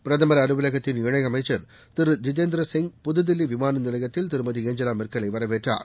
பிரதமர் அலுவலகத்தின் இணையமைச்சர் திரு ஜித்தேந்திர சிங் புதுதில்வி விமான நிலையத்தில் திருமதி ஏஞ்சலா மெர்க்கலை வரவேற்றார்